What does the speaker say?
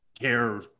care